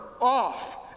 off